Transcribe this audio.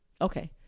Okay